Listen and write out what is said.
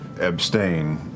abstain